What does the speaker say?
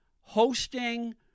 hosting